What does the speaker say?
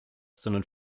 sondern